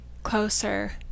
Closer